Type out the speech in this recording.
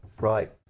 Right